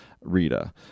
rita